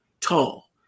tall